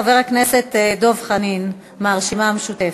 חבר הכנסת דב חנין מהרשימה המשותפת.